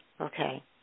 Okay